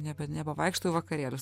nebe nebevaikštau į vakarėlius